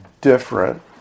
different